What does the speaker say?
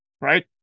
right